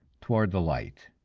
toward the light.